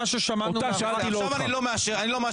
אני לא חוזר בי.